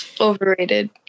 Overrated